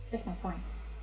that's my point